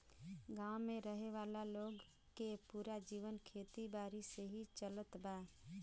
गांव में रहे वाला लोग के पूरा जीवन खेती बारी से ही चलत बा